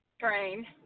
Train